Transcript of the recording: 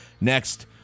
next